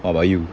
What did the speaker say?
what about you